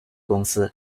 公司